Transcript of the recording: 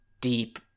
deep